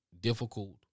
difficult